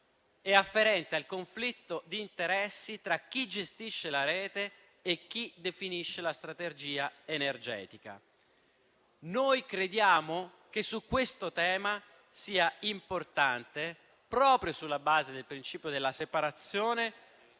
ed afferente al conflitto di interessi tra chi gestisce la rete e chi definisce la strategia energetica. Noi crediamo che su questo tema sia importante, proprio sulla base del principio della separazione